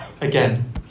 again